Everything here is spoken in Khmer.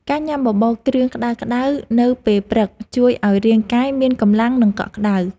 ការញ៉ាំបបរគ្រឿងក្តៅៗនៅពេលព្រឹក ជួយឱ្យរាងកាយមានកម្លាំង និងកក់ក្តៅ។